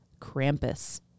Krampus